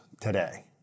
today